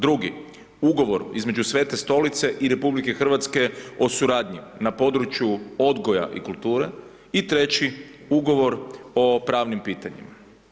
Drugi ugovor između Svete Stolice i RH o suradnji na području odgoja i kulture i treći ugovor o pravnim pitanjima.